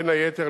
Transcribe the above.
בין היתר,